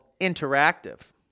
interactive